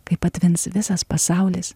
kai patvins visas pasaulis